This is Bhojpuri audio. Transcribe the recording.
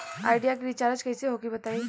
आइडिया के रीचारज कइसे होई बताईं?